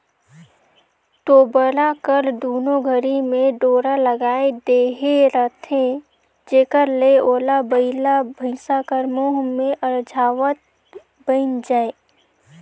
तोबरा कर दुनो घरी मे डोरा लगाए देहे रहथे जेकर ले ओला बइला भइसा कर मुंह मे अरझावत बइन जाए